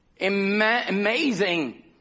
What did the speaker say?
Amazing